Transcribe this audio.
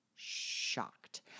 Shocked